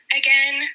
again